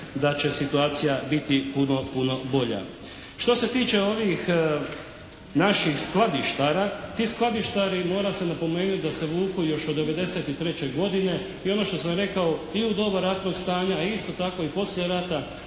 da će situacija biti puno, puno bolja. Što se tiče ovih naših skladištara. Ti skladištari mora se napomenuti da se vuku još '93. godine. I ono što sam rekao i u doba ratnog stanja i isto tako poslije rata